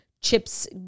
chips